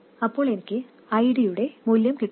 അപ്പോൾ എനിക്ക് ID യുടെ മൂല്യം കൂട്ടണം